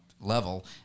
Level